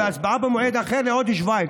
התשובה וההצבעה יידחו לעוד שבועיים.